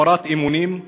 הפרת אמונים,